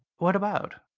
what about?